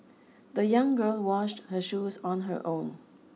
the young girl washed her shoes on her own